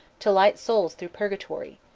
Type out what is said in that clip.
to light souls through purgatory,